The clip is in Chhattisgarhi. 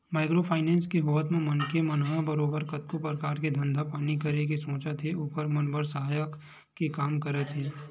माइक्रो फायनेंस के होवत म मनखे मन ह बरोबर कतको परकार के धंधा पानी करे के सोचत हे ओखर मन बर सहायक के काम करत हे